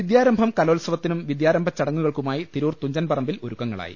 വിദ്യാരംഭം കലോത്സവത്തിനും വിദ്യാരംഭച്ചടങ്ങു കൾക്കുമായി തിരൂർ തുഞ്ചൻ പറമ്പിൽ ഒരുക്കങ്ങളായി